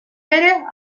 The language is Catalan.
pere